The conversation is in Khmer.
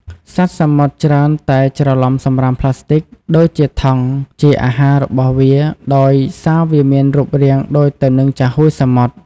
សត្វសមុទ្រច្រើនតែច្រឡំសំរាមប្លាស្ទិកដូចជាថង់ ជាអាហាររបស់វាដោយសារវាមានរូបរាងដូចទៅនឹងចាហួយសមុទ្រ។